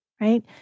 right